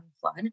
Flood